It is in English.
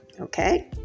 Okay